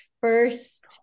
first